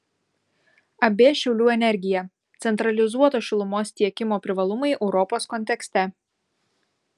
ab šiaulių energija centralizuoto šilumos tiekimo privalumai europos kontekste